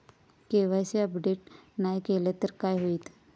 KYC update नाय केलय तर काय होईत?